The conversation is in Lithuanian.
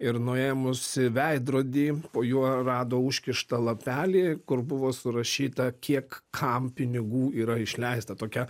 ir nuėmusi veidrodį po juo rado užkištą lapelį kur buvo surašyta kiek kam pinigų yra išleista tokia